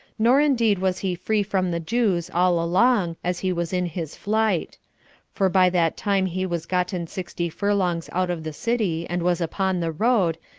nor indeed was he free from the jews all along as he was in his flight for by that time he was gotten sixty furlongs out of the city, and was upon the road,